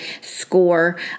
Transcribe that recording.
score